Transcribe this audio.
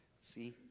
See